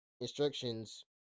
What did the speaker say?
instructions